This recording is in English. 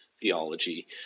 theology